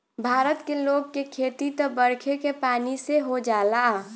भारत के लोग के खेती त बरखे के पानी से हो जाला